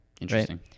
Interesting